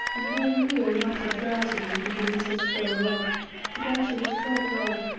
and hearing leo mutter drowsily from beneath his fur rug that ayesha was quite right,